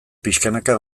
pixkanaka